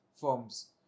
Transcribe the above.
firms